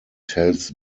tells